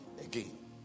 again